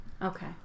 Okay